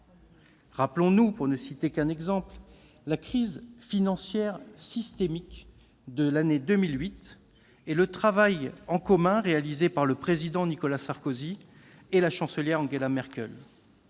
Rappelons-nous, pour ne citer qu'un exemple, la crise financière systémique de l'année 2008 et le travail en commun réalisé par le président Nicolas Sarkozy et la Chancelière Angela Merkel.